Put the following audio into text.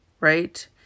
right